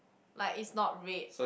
like it's not red